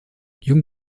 jung